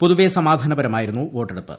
പൊതുവെ സമാധാനപരമായിരുന്നു വോട്ടെടുപ്പ്